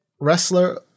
wrestler